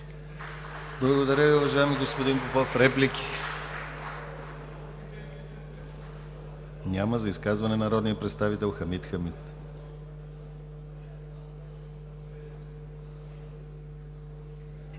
Благодаря Ви, уважаеми господин Попов. Реплики? Няма. За изказване – народният представител Хамид Хамид.